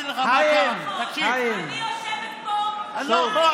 אני יושבת פה שעה,